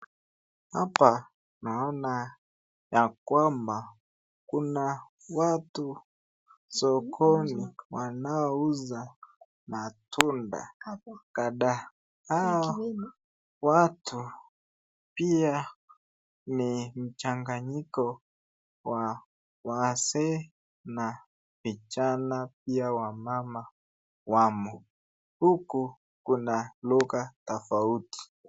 Hapa naona ya kwamba kuna watu sokoni wanao uza matunda kadhaa. Hao watu pia ni mchanganyiko wa wazee na vijana pia wamama wamo, huku kuna duka tafauti.